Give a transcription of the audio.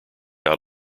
out